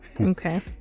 Okay